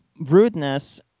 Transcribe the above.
rudeness